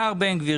השר בן גביר,